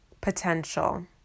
potential